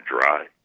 dry